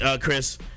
Chris